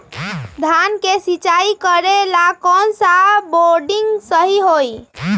धान के सिचाई करे ला कौन सा बोर्डिंग सही होई?